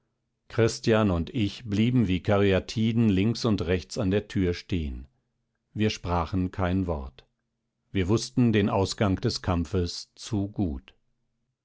christian und ich blieben wie karyatiden links und rechts an der tür stehen wir sprachen kein wort wir wußten den ausgang des kampfes zu gut